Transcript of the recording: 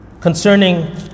concerning